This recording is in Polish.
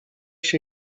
się